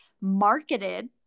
marketed